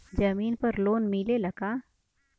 जमीन पर लोन मिलेला का?